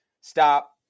stop